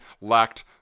lacked